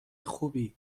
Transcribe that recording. خوبی